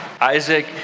Isaac